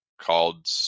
called